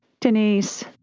Denise